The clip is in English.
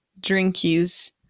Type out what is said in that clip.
drinkies